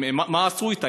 מה הם עשו אתה?